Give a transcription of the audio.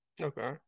Okay